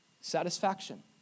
satisfaction